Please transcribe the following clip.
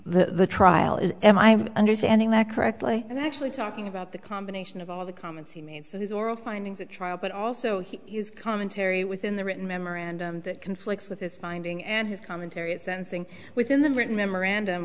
the trial is m i'm understanding that correctly and actually talking about the combination of all the comments he made so his oral findings at trial but also he has commentary within the written memorandum that conflicts with his finding and his commentary and sensing within the written memorandum